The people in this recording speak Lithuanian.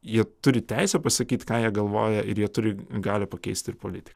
jie turi teisę pasakyti ką jie galvoja ir jie turi galią pakeisti ir politiką